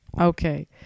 Okay